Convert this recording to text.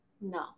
No